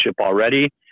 already